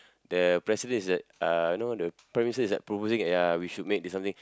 the president is that uh know the Prime-Minister is that proposing ya we should make the something